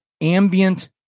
ambient